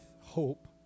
hope